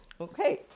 Okay